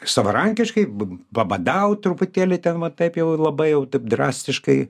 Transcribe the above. savarankiškai pabadaut truputėlį ten ten vat taip jau labai jau taip drastiškai